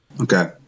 Okay